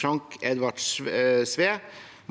Frank Edvard Sve,